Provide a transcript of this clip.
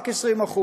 רק 20%,